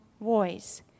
voice